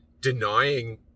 denying